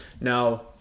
Now